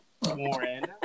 Warren